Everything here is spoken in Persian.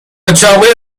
چاقوی